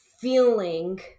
feeling